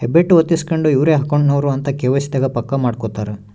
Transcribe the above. ಹೆಬ್ಬೆಟ್ಟು ಹೊತ್ತಿಸ್ಕೆಂಡು ಇವ್ರೆ ಅಕೌಂಟ್ ನವರು ಅಂತ ಕೆ.ವೈ.ಸಿ ದಾಗ ಪಕ್ಕ ಮಾಡ್ಕೊತರ